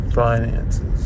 finances